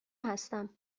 هستم